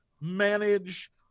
manage